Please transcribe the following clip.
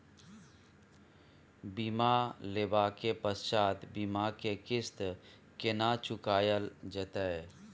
बीमा लेबा के पश्चात बीमा के किस्त केना चुकायल जेतै?